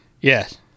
Yes